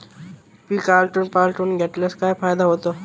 पीक आलटून पालटून घेतल्यास काय फायदा होतो?